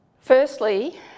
firstly